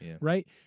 right